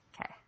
Okay